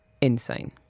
insane